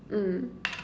mm